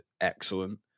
excellent